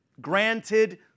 Granted